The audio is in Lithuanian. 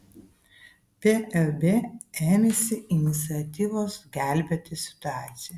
plb ėmėsi iniciatyvos gelbėti situaciją